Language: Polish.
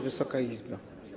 Wysoka Izbo!